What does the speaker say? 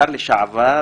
השר לשעבר,